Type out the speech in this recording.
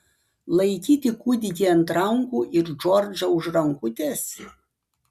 laikyti kūdikį ant rankų ir džordžą už rankutės